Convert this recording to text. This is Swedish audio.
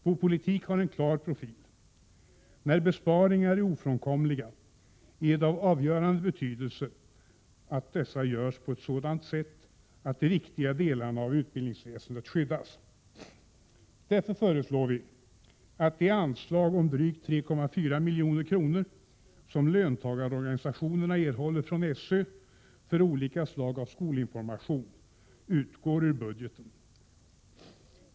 Vår politik har en klar profil. När besparingar är ofrånkomliga är det av avgörande betydelse att dessa görs på ett sådant sätt att de viktiga delarna av utbildningsväsendet skyddas. Därför föreslår vi att det anslag på drygt 3,4 milj.kr. som löntagarorganisationerna erhåller från SÖ för olika slag av skolinformation utgår ur budgeten.